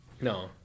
No